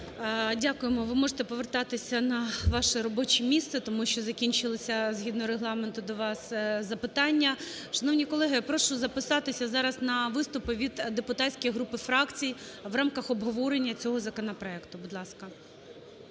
Дякуємо. Ви можете повертатися на ваше робоче місце, тому що закінчилися згідно Регламенту до вас запитання. Шановні колеги, прошу записатися зараз на виступи від депутатських груп і фракцій в рамках обговорення цього законопроекту. Будь ласка.